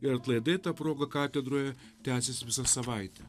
ir atlaidai ta proga katedroje tęsis visą savaitę